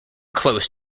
close